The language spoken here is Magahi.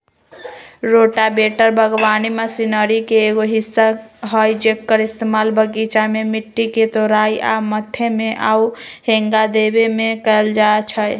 रोटावेटर बगवानी मशिनरी के एगो हिस्सा हई जेक्कर इस्तेमाल बगीचा में मिट्टी के तोराई आ मथे में आउ हेंगा देबे में कएल जाई छई